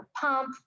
pump